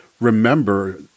remember